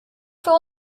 für